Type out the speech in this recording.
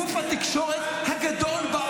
להחרים ציוד של גוף התקשורת הגדול בעולם?